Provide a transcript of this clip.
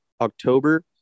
October